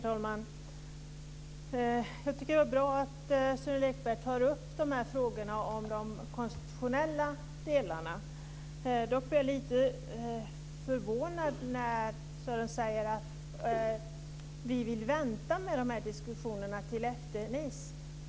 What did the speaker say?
Herr talman! Jag tycker att det är bra att Sören Lekberg tar upp de konstitutionella frågorna. Jag blev dock lite förvånad när han sade att man vill vänta med dessa diskussioner till efter mötet i Nice.